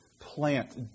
plant